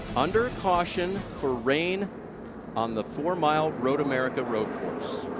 under caution for rain on the four mile road america road course.